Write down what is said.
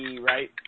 right